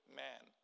man